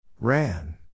Ran